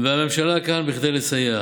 הממשלה כאן כדי לסייע,